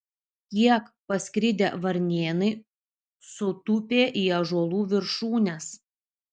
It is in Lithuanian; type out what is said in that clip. kiek paskridę varnėnai sutūpė į ąžuolų viršūnes